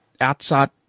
outside